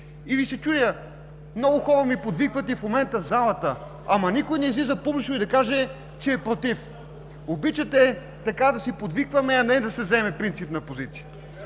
И Ви се чудя. Много хора ми подвикват и в момента в залата, ама никой не излиза публично и да каже, че е против. Обичате така да си подвикваме, а не да се вземе принципна позиция.